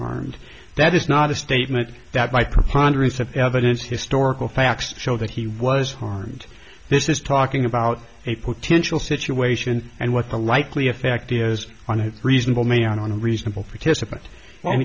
harmed that is not a statement that micro hundreds of evidence historical facts show that he was harmed this is talking about a potential situation and what the likely effect is on a reasonable man on a reasonable participant